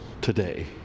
today